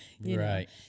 right